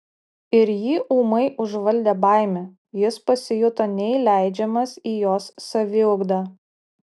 ir jį ūmai užvaldė baimė jis pasijuto neįleidžiamas į jos saviugdą